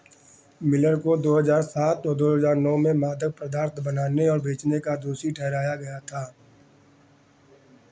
Miller को दो हज़ार सात और दो हज़ार नौ में मादक पदार्थ बनाने और बेचने का दोषी ठहराया गया था